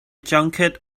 drunkard